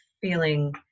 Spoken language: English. feeling